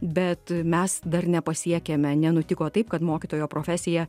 bet mes dar nepasiekėme nenutiko taip kad mokytojo profesija